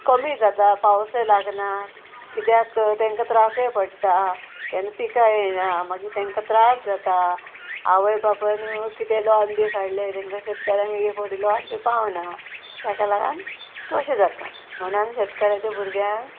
कमी जाता पावसय लागना कित्याक तेंका त्रासय पडटा केन्ना पिका येना मागीर तेंकां त्रास जाता आवय बापायन कितें लॉन बी काडल्याय तेंकां शेतकऱ्यांक एक एक पावटी लॉन बी पावना तेका लागून तशें जाता म्हणोन शेतकऱ्याच्या भुरग्यांक